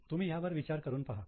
तुम्ही ह्यावर विचार करून पहा